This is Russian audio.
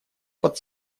под